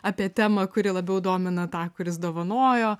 apie temą kuri labiau domina tą kuris dovanojo